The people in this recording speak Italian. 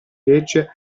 legge